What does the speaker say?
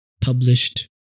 published